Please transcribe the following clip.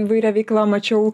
įvairia veikla mačiau